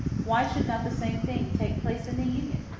why should not the same thing take place in the union?